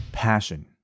passion